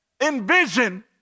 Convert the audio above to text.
envision